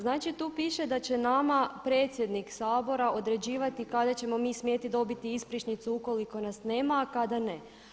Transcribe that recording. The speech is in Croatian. Znači tu piše da će nama predsjednik Sabora određivati kada ćemo mi smjeti dobiti ispričnicu ukoliko nas nema a kada ne.